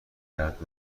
درد